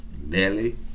Nelly